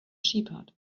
shepherd